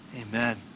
Amen